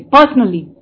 Personally